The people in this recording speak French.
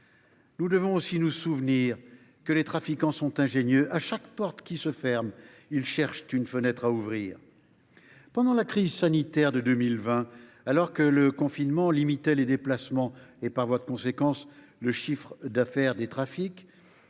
Nous devons aussi nous souvenir que les trafiquants sont ingénieux. À chaque porte qui se ferme, ils cherchent une fenêtre à ouvrir. Pendant la crise sanitaire de 2020, alors que le confinement limitait les déplacements et, par voie de conséquence, le chiffre d’affaires des trafics,